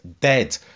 dead